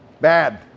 Bad